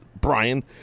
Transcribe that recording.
Brian